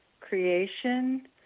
creation